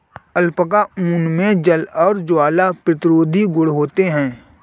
alpaca ऊन मे जल और ज्वाला प्रतिरोधी गुण होते है